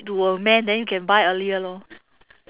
to a man then you can buy earlier lor